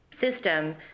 system